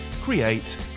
create